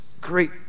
great